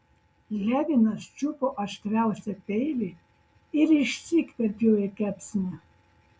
levinas čiupo aštriausią peilį ir išsyk perpjovė kepsnį